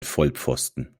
vollpfosten